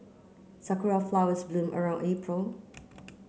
sakura flowers bloom around April